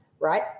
right